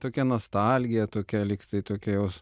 tokia nostalgija tokia lyg tai tokios